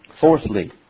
Fourthly